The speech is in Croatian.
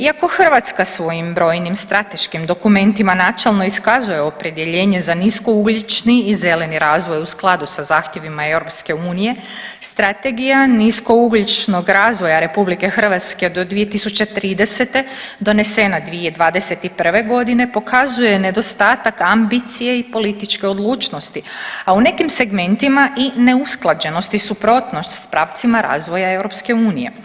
Iako Hrvatska svojim brojnim strateškim dokumentima načelno iskazuje opredjeljenje za niskougljični i zeleni razvoj u skladu sa zahtjevima EU strategija niskougljičnog razvoja RH do 2030. donesena 2021. godine pokazuje nedostatak ambicije i političke odlučnosti, a u nekim segmentima i neusklađenosti, suprotnosti s pravcima razvoja EU.